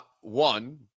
one